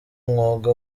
mwuga